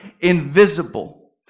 invisible